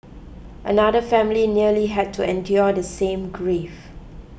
another family nearly had to endure the same grief